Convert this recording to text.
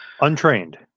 Untrained